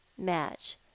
match